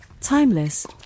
timeless